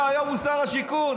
היום הוא שר השיכון,